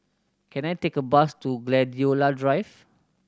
can I take a bus to Gladiola Drive